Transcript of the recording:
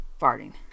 farting